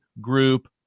group